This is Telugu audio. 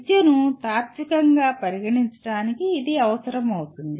విద్యను తాత్వికంగా పరిగణించటానికి ఇది అవసరం అవుతుంది